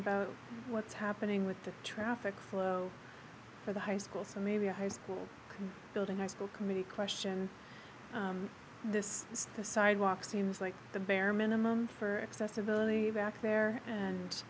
about what's happening with the traffic flow for the high school so maybe a high school building high school committee question this is the sidewalk seems like the bare minimum for accessibility back there and